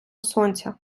сонця